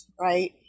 right